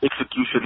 execution